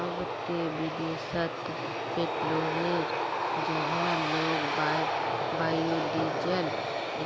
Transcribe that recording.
अब ते विदेशत पेट्रोलेर जगह लोग बायोडीजल